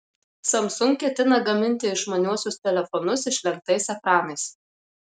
samsung ketina gaminti išmaniuosius telefonus išlenktais ekranais